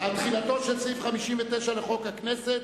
1. "תחילתו של סעיף 59 לחוק הכנסת,